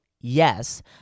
yes